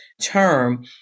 term